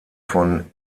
von